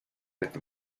desde